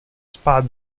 spát